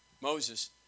Moses